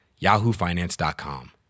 yahoofinance.com